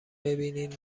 ببینین